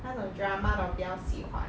那种 drama 的我比较喜欢